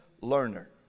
learner